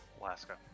Alaska